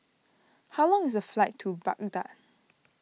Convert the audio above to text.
how long is the flight to Baghdad